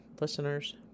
Listeners